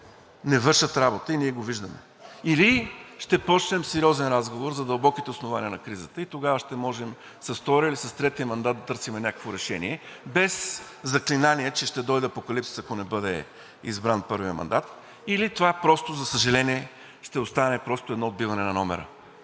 не вършат работа и ние го виждаме. Или ще започнем сериозен разговор за дълбоките основания на кризата и тогава ще можем с втория или с третия мандат да търсим някакво решение, без заклинание, че ще дойде апокалипсис, ако не бъде избран първият мандат, или това, за съжаление, ще остане едно отбиване на номера.